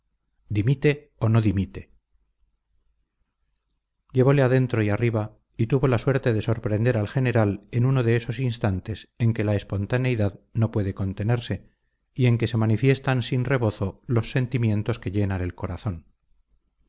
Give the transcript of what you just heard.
dimite o no dimite llevole adentro y arriba y tuvo la suerte de sorprender al general en uno de esos instantes en que la espontaneidad no puede contenerse y en que se manifiestan sin rebozo los sentimientos que llenan el corazón